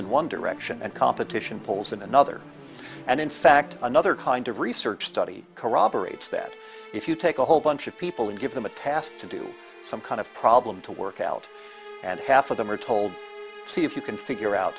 in one direction and competition pulls in another and in fact another kind of research study corroborates that if you take a whole bunch of people and give them a task to do some kind of problem to work out and half of them are told see if you can figure out